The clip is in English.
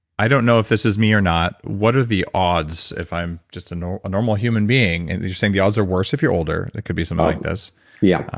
i don't know if this is me or not, what are the odds if i'm just a normal human being, and you're saying the odds are worse if you're older, it could be something like this yeah